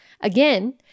Again